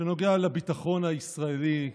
שנוגע לביטחון הישראלי,